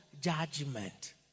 judgment